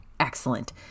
Excellent